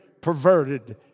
perverted